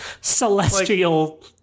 Celestial